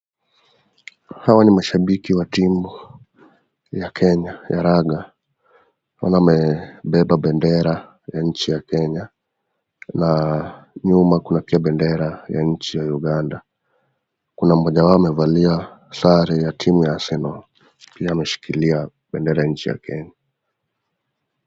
Hawa ni mashabiki wa timu ya kenya ya raga. Wamebeba bendera ya nchi ya kenya na nyuma kuna pia bendera ya nchi ya uganda. Kuna mmoja wao amevalia sare ya timu ya Arsenal alikiwa ameshikilia bendera ya nchi ya kenya.